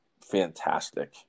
fantastic